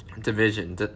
division